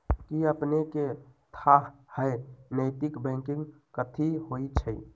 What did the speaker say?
कि अपनेकेँ थाह हय नैतिक बैंकिंग कथि होइ छइ?